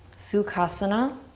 sukhasana.